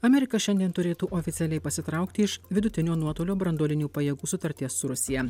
amerika šiandien turėtų oficialiai pasitraukti iš vidutinio nuotolio branduolinių pajėgų sutarties su rusija